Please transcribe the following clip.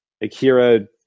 Akira